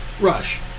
Rush